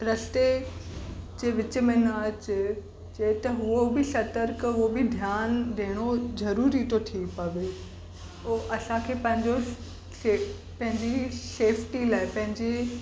रस्ते जे विच में न अचे जे त उहो बि सतर्क उहो बि ध्यानु ॾियणो ज़रूरी थो थी पवे उहो असांखे पंहिंजो स्टे पंहिंजी सेफ्टी लाइ पंहिंजी